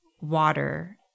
water –